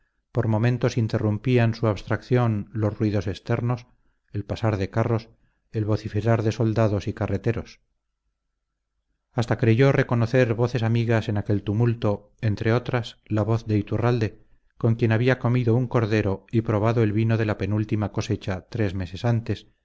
por momentos interrumpían su abstracción los ruidos externos el pasar de carros el vociferar de soldados y carreteros hasta creyó reconocer voces amigas en aquel tumulto entre otras la voz de iturralde con quien había comido un cordero y probado el vino de la penúltima cosecha tres meses antes